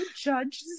Judge